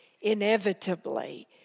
inevitably